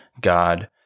God